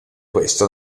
questo